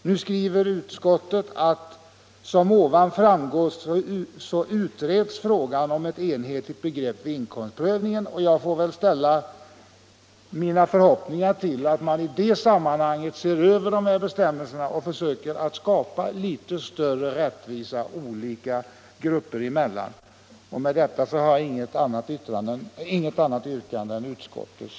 Nu skriver utskottet: ”Som ovan framgått utreds frågan om ett enhetligt begrepp vid inkomstprövning.” Jag får väl ställa mina förhoppningar till att man i det sammanhanget ser över dessa be stämmelser och försöker skapa litet större rättvisa olika grupper emellan. Jag har för dagen inget annat yrkande än utskottets.